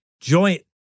joint